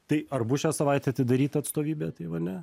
tai ar bus šią savaitę atidaryta atstovybė taivane